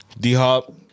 D-Hop